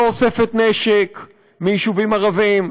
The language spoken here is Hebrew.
לא אוספת נשק מיישובים ערביים,